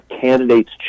candidates